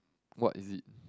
what is it